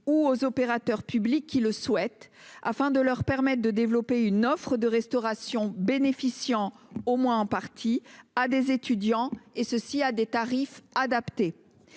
ou aux opérateurs publics qui le souhaitent, afin de leur permettre de développer une offre de restauration au bénéfice- non nécessairement exclusif - des étudiants, et ce à des tarifs adaptés.